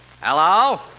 Hello